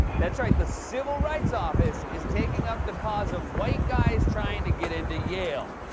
that's right, the civil rights office is taking up the cause of white guys trying to get into yale.